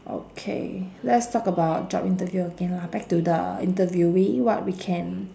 okay let's talk about job interview again lah back to the interviewee what we can